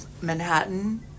Manhattan